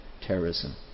terrorism